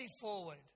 forward